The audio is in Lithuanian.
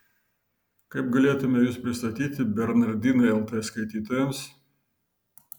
kaip galėtumėme jus pristatyti bernardinai lt skaitytojams